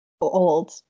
old